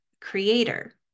creator